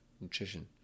Nutrition